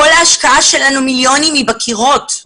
כל ההשקעה שלנו, מיליוני שקלים, היא בקירות.